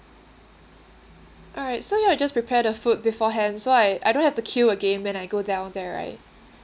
alright so you all will just prepare the food beforehand so I I don't have to queue again when I go down there right